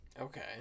Okay